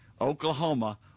Oklahoma